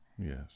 Yes